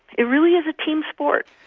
it really is a team sport.